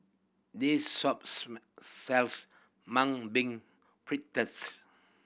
this shop sells Mung Bean Fritters